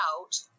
out